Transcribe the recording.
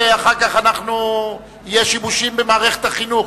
ואחר כך יהיו שיבושים במערכת החינוך.